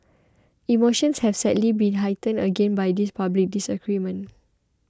emotions have sadly been heightened again by this public disagreement